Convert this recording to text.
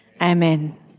Amen